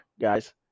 guys